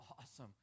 awesome